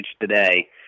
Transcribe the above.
today